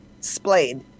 splayed